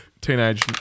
Teenage